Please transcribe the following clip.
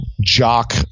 jock